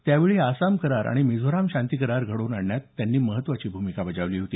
त्यावेळी आसाम करार आणि मिझोराम शांती करार घडवून आणण्यात त्यांनी महत्वाची भूमिका बजावली होती